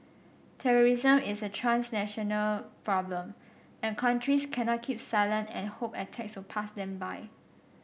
terrorism is a transnational problem and countries cannot keep silent and hope attacks will pass them by